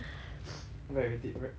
come back already you okay not